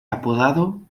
apodado